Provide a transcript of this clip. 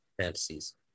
fantasies